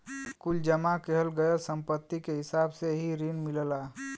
कुल जमा किहल गयल के सम्पत्ति के हिसाब से ही रिन मिलला